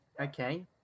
Okay